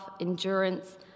endurance